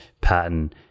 pattern